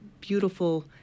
beautiful